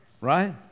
Right